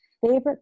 favorite